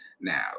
Now